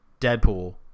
Deadpool